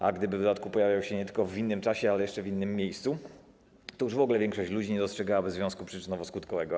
A gdyby w dodatku pojawiał się nie tylko w innym czasie, ale jeszcze w innym miejscu, to już w ogóle większość ludzi nie dostrzegałaby związku przyczynowo-skutkowego.